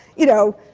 you know,